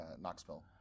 Knoxville